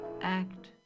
act